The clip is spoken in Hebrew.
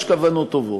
יש כוונות טובות,